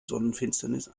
sonnenfinsternis